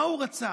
מה הוא רצה?